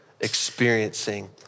experiencing